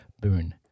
boon